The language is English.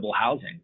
housing